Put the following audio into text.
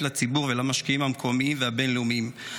לציבור ולמשקיעים המקומיים והבין-לאומיים.